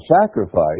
sacrifice